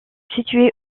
situé